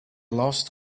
lost